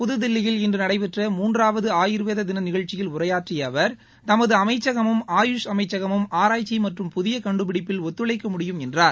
புதுதில்லியில் இன்று நடைபெற்ற மூன்றாவது ஆயுர்வேத தின நிகழ்ச்சியில் உரையாற்றிய அவா் தமது அமைச்சகமும் ஆயுஷ் அமைச்சகமும் ஆராய்ச்சி மற்றும் புதிய கண்டுபிடிப்பில் ஒத்துழைக்க முடியும் என்றார்